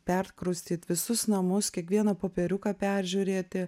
perkraustyt visus namus kiekvieną popieriuką peržiūrėti